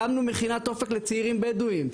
הקמנו מכינת אופק לצעירים בדואים.